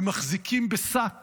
והם מחזיקים בשק